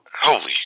Holy